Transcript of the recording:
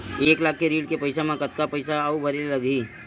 एक लाख के ऋण के पईसा म कतका पईसा आऊ भरे ला लगही?